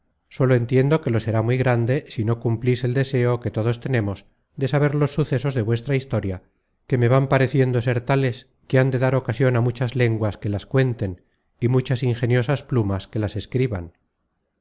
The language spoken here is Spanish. sólo entiendo que lo será muy grande si no cumplis el deseo que todos tenemos de saber los sucesos de vuestra historia que me van pareciendo ser tales que han de dar ocasion á muchas lenguas que las cuenten y muchas ingeniosas plumas que las escriban